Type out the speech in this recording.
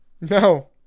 No